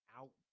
out